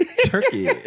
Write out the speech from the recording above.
turkey